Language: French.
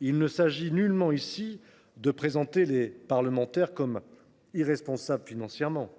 Il ne s’agit nullement ici de présenter les parlementaires comme irresponsables financièrement